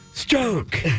stroke